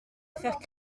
faire